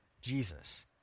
Jesus